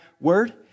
word